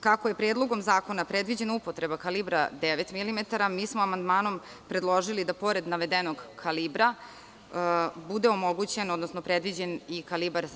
Kako je predlogom zakona predviđena upotreba kalibra 9 milimetara, mi smo amandmanom predložili da pored navedenog kalibra bude omogućeno, odnosno predviđen i kalibar 7.65.